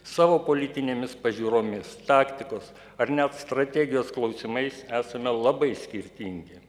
savo politinėmis pažiūromis taktikos ar net strategijos klausimais esame labai skirtingi